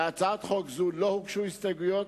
להצעת חוק זו לא הוגשו הסתייגויות,